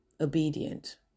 obedient